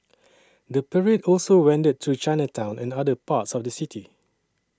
the parade also wended through Chinatown and other parts of the city